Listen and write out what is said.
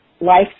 life